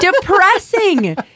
Depressing